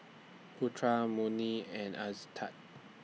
Putra Murni and Aizat